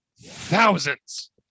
thousands